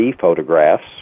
photographs